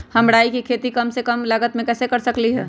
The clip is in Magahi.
हम राई के खेती कम से कम लागत में कैसे कर सकली ह?